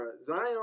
Zion